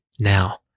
Now